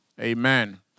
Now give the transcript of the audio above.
Amen